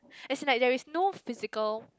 is like there is no physical